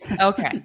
Okay